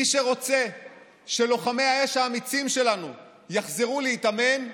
מי שרוצה שלוחמי האש האמיצים שלנו יחזרו להתאמן,